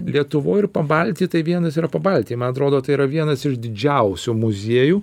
lietuvoj ir pabalty tai vienas yra pabalty man atrodo tai yra vienas iš didžiausių muziejų